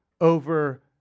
over